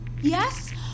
Yes